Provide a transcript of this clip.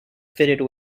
fitted